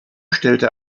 stellte